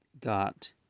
got